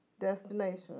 destination